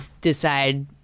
decide